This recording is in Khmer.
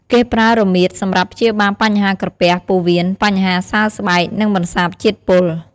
គេប្រើរមៀតសម្រាប់ព្យាបាលបញ្ហាក្រពះ ពោះវៀន បញ្ហាសើស្បែក និងបន្សាបជាតិពុល។